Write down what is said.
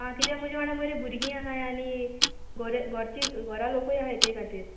आं किद्या म्हुज्या वांगडा मुरे भुरगीं आहाय आनी घोरची घोरा लोकूय आहाय ते खातीर